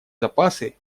запасы